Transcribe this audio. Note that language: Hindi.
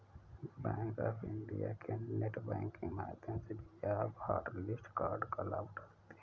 बैंक ऑफ इंडिया के नेट बैंकिंग माध्यम से भी आप हॉटलिस्ट कार्ड का लाभ उठा सकते हैं